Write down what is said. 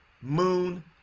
moon